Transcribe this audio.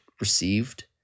received